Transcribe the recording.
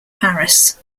paris